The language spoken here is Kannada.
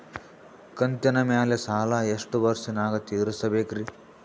ಕಂತಿನ ಮ್ಯಾಲ ಸಾಲಾ ಎಷ್ಟ ವರ್ಷ ನ್ಯಾಗ ತೀರಸ ಬೇಕ್ರಿ?